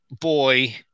boy